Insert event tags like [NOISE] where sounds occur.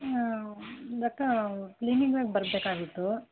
ಹಾಂ [UNINTELLIGIBLE] ಕ್ಲಿನಿಕ್ಕಿಗೆ ಬರಬೇಕಾಗಿತ್ತು